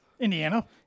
Indiana